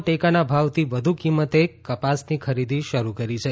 ટેકાના ભાવથી વધુ કિંમતે કપાસની ખરીદી શરૂ કરી છે